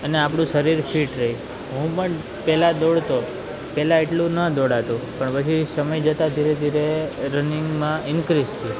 અને આપણું શરીર ડીટ ફિટ રહે હું પણ પહેલાં દોડતો પહેલાં પહેલાં એટલું ન દોડાતું પણ પછી સમય જતાં ધીરે ધીરે રનિંગમાં ઇનક્રિસ થયો